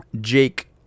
Jake